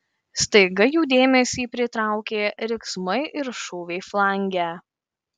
staiga jų dėmesį pritraukė riksmai ir šūviai flange